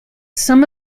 some